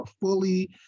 fully